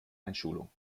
einschulung